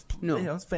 no